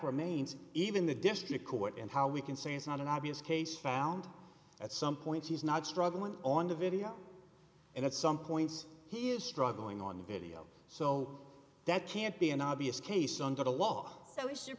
remains even the district court and how we can say it's not an obvious case found at some points is not struggling on the video and at some points he is struggling on the video so that can't be an obvious case under the law so it's your